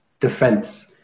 defense